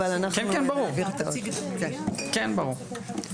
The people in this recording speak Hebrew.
כן, ברור.